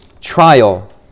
trial